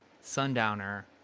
Sundowner